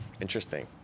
Interesting